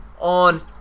on